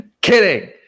Kidding